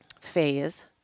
phase